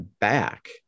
back